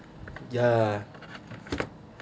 ya